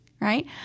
right